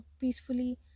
peacefully